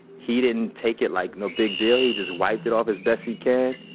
he didn't take it like no big deal, he just wiped it off as best he can,